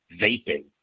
vaping